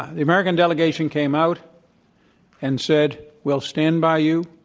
the american delegation came out and said, we'll stand by you,